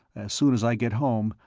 soon as i get home,